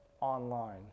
online